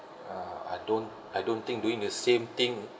uh I don't I don't think doing the same thing